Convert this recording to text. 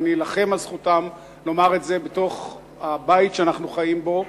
ואני אלחם על זכותם לומר את זה בתוך הבית שאנחנו חיים בו.